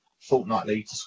fortnightly